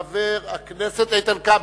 חבר הכנסת איתן כבל.